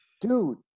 dude